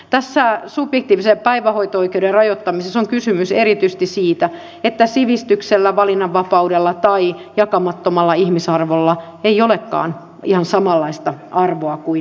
tässä subjektiivisen päivähoito oikeuden rajoittamisessa on kysymys erityisesti siitä että sivistyksellä valinnanvapaudella tai jakamattomalla ihmisarvolla ei olekaan ihan samanlaista arvoa kuin ennen